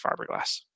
fiberglass